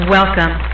Welcome